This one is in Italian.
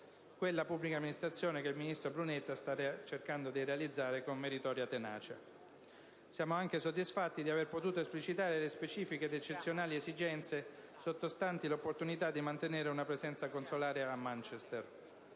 quella pubblica amministrazione che il ministro Brunetta sta cercando di realizzare con meritoria tenacia. Siamo anche soddisfatti di avere potuto esplicitare le specifiche ed eccezionali esigenze sottostanti l'opportunità di mantenere una presenza consolare a Manchester,